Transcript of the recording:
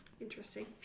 interesting